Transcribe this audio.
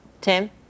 Tim